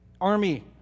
army